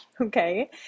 okay